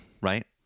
Right